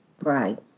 Right